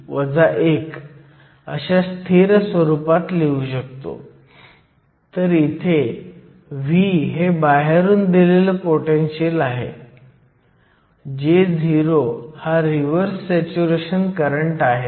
तर Dh हा De पेक्षा जास्त आहे कारण h हा e पेक्षा जास्त आहे आणि याचे कारण असे आहे की होल्स n बाजूला पसरत आहेत आणि n बाजूची कॉन्सन्ट्रेशन p बाजूपेक्षा दोन क्रमाने कमी आहे